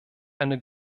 eine